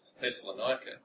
Thessalonica